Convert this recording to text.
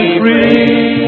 free